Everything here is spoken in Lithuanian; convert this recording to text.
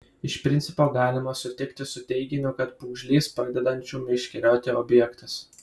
iš principo galima sutikti su teiginiu kad pūgžlys pradedančių meškerioti objektas